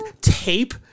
tape